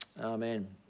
Amen